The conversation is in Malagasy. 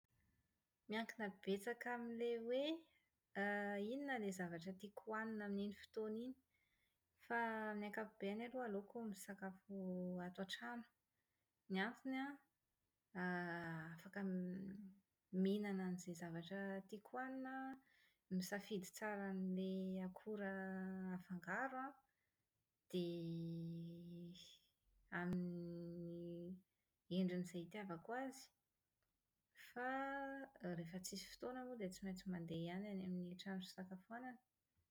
Miankina betsaka amin'ilay hoe inona ilay zavatra tiako hohanina amin'iny fotoana iny. Fa amin'ny ankapobeny aloha aleoko misakafo ato an-trano. Ny antony an, > afaka > mihinana izay zavatra tiako hohanina aho, misafidy tsara an'ilay akora afangaro an, dia amin'ny > endriny izay itiavako azy. Fa rehefa tsisy fotoana moa dia tsy maintsy mandeha ihany any amin'ny trano fisakafoanana.